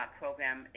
program